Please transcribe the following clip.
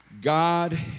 God